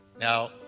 Now